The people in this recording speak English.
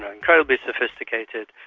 incredibly sophisticated,